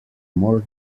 more